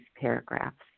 paragraphs